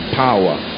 power